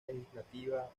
legislativa